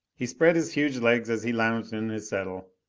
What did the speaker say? he spread his huge legs as he lounged in his settle,